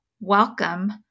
welcome